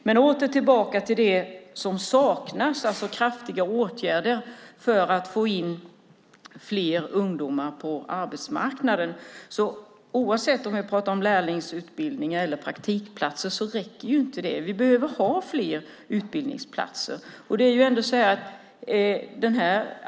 Men åter tillbaka till det som saknas, alltså kraftiga åtgärder för att få in fler ungdomar på arbetsmarknaden. Oavsett om vi pratar om lärlingsutbildningar eller praktikplatser räcker det inte. Vi behöver ha fler utbildningsplatser.